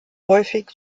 häufig